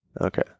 Okay